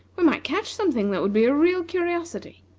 we might catch something that would be a real curiosity.